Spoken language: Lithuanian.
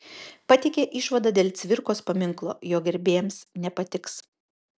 pateikė išvadą dėl cvirkos paminklo jo gerbėjams nepatiks